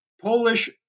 Polish